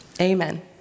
Amen